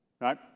right